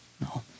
No